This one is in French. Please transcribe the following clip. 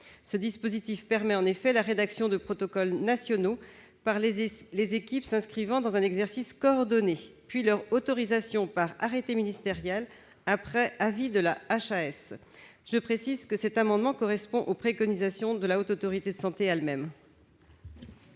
de loi, qui permet la rédaction de protocoles nationaux par les équipes s'inscrivant dans un exercice coordonné, puis leur autorisation par arrêté ministériel après avis de la HAS. Je précise que cet amendement correspond aux préconisations de la Haute Autorité de santé elle-même.